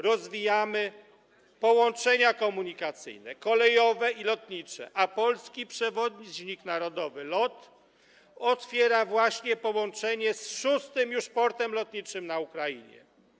Rozwijamy połączenia komunikacyjne kolejowe i lotnicze, a polski przewoźnik narodowy, LOT, otwiera właśnie połączenie z szóstym już portem lotniczym na Ukrainie.